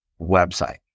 website